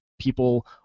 people